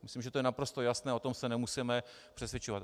Myslím, že je to naprosto jasné, o tom se nemusíme přesvědčovat.